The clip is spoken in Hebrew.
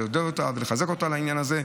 ולעודד אותה ולחזק אותה על העניין הזה,